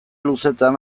luzetan